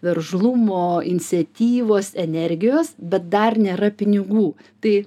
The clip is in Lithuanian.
veržlumo iniciatyvos energijos bet dar nėra pinigų tai